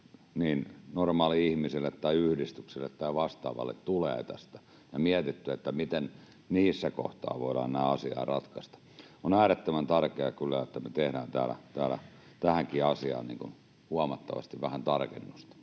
normaali-ihmiselle tai yhdistykselle tai vastaavalle tulee tästä, eikä mietitty, miten niissä kohdissa voidaan nämä asiat ratkaista. On kyllä äärettömän tärkeää, että me tehdään täällä tähänkin asiaan huomattavasti tarkennusta.